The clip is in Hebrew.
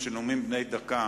נאומים בני דקה